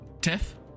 Tiff